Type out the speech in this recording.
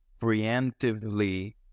preemptively